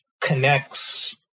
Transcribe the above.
connects